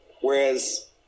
Whereas